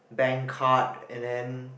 bank card and then